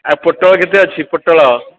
ଆଉ ପୋଟଳ କେତେ ଅଛି ପୋଟଳ